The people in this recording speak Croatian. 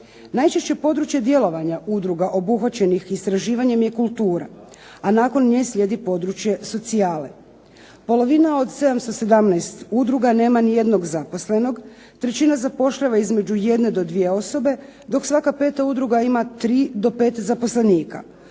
Najčešće područje djelovanja udruga obuhvaćenih istraživanjem je kultura, a nakon nje slijedi područje socijale. Polovina od 717 udruga nema nijednog zaposlenog. Trećina zapošljava između jedne do dvije osobe, dok svaka peta udruga ima tri do pet zaposlenika.